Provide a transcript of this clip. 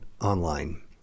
online